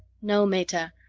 no, meta,